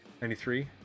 Ninety-three